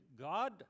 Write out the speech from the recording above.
God